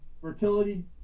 fertility